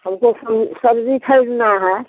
हमको सम सब्ज़ी खरीदना है